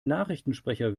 nachrichtensprecher